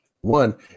one